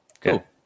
Cool